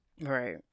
Right